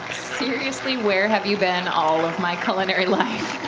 seriously, where have you been all of my culinary life?